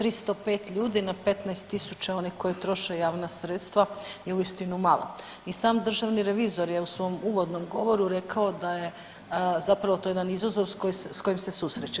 305 ljudi na 15 tisuća onih koji troše javna sredstva je uistinu malo i sam državni revizor je u svom uvodnom govoru rekao da je zapravo to je jedan izazov s kojim se susreće.